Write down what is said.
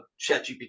ChatGPT